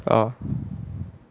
oh